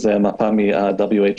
אז זו מפה מה-WHO,